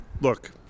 look